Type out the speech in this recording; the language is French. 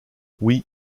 oui